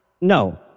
No